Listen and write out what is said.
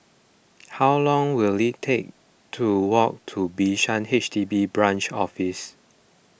how long will it take to walk to Bishan H D B Branch Office